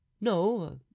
No